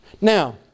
Now